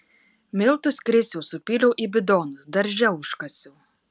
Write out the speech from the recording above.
miltus krisiau supyliau į bidonus darže užkasiau